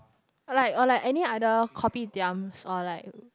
like or like any other Kopitiams or like